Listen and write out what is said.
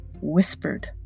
whispered